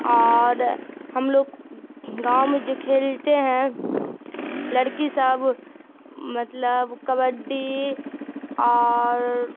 اور ہم لوگ گاؤں میں جو کھیلتے ہیں لڑکی سب مطلب کبڈی اور